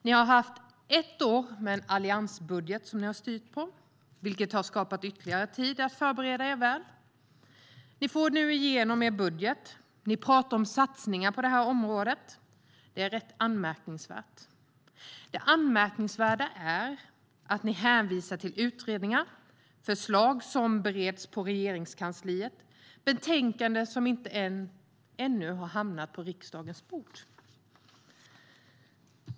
Ni har haft ett år med en alliansbudget som ni har styrt med, vilket har skapat ytterligare tid för er att förbereda er väl. Ni får nu igenom er budget. Ni pratar om satsningar på det här området. Det är rätt anmärkningsvärt. Det anmärkningsvärda är att ni hänvisar till utredningar, förslag som bereds i Regeringskansliet och betänkanden som ännu inte har hamnat på riksdagens bord.